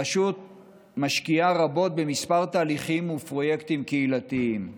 הרשות משקיעה רבות בכמה תהליכים ופרויקטים קהילתיים: